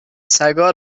سگا